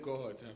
God